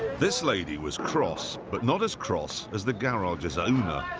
this lady was cross, but not as cross as the garage's owner.